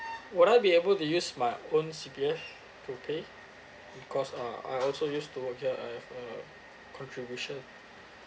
will I be able to use my own C_P_F to pay cause uh I also used to work here I have a contribution